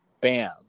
bam